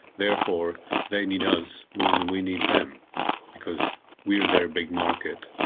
therefore they need us more than we need them because we are their big market,